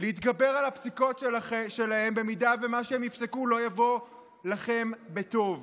להתגבר על הפסיקות שלהם אם מה שהם יפסקו לא יבוא לכם בטוב.